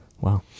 Wow